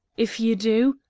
if you do,